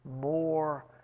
more